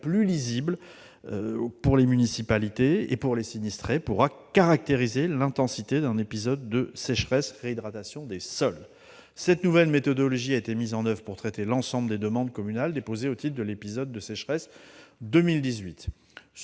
plus lisibles, pour les municipalités et pour les sinistrés, de caractérisation de l'intensité d'un épisode de sécheresse et réhydratation des sols. Cette nouvelle méthode a été mise en application pour traiter l'ensemble des demandes communales déposées au titre de l'épisode de sécheresse de 2018.